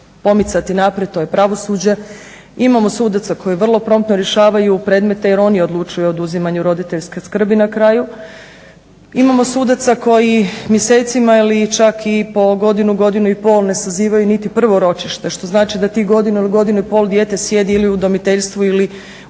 pomicati naprijed to je pravosuđe. Imamo sudaca koji vrlo promptno rješavaju predmete jer oni odlučuju o oduzimanju roditeljske skrbi na kraju. Imamo sudaca koji mjesecima ili čak i po godinu, godinu i pol ne sazivaju niti prvo ročište što znači da tih godinu ili godinu i pol dijete sjedi ili u udomiteljstvu ili